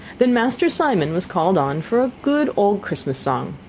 than master simon was called on for a good old christmas song.